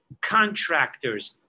contractors